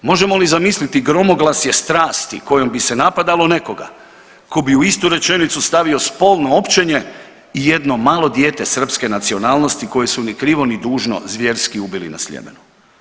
Možemo li zamisliti gromoglasje strasti kojom bi se napadalo nekoga ko bi u istu rečenicu stavio spolno općenje i jedno malo dijete srpske nacionalnosti koje su ni krivo ni dužno zvjerski ubili na Sljemenu.